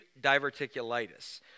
diverticulitis